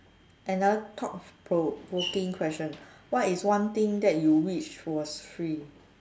another thought provoking question what is one thing that you wish was free